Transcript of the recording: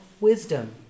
wisdom